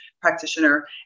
practitioner